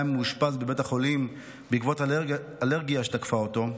מאושפז בבית החולים בעקבות אלרגיה שתקפה אותו,